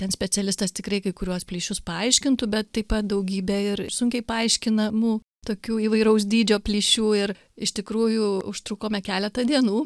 ten specialistas tikrai kai kuriuos plyšius paaiškintų bet taip pat daugybė ir sunkiai paaiškinamų tokių įvairaus dydžio plyšių ir iš tikrųjų užtrukome keletą dienų